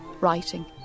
Writing